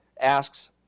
asks